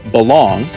Belong